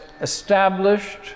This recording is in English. established